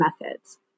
methods